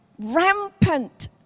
rampant